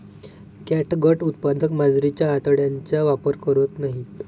catgut उत्पादक मांजरीच्या आतड्यांचा वापर करत नाहीत